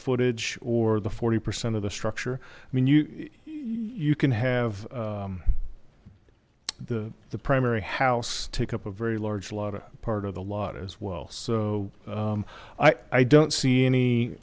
footage or the forty percent of the structure i mean you you can have the the primary house take up a very large lot of part of the lot as well so i i don't see any